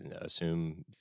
assume